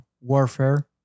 warfare